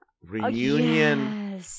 Reunion